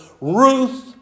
Ruth